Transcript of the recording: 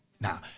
Now